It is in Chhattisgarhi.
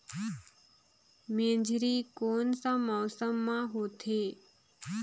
मेझरी कोन सा मौसम मां होथे?